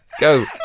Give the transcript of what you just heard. Go